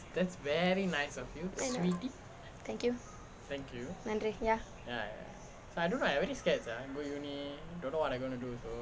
thank you நன்றி:nandri ya